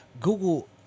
google